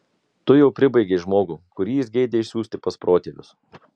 tu jau pribaigei žmogų kurį jis geidė išsiųsti pas protėvius